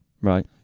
Right